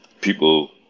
people